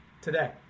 today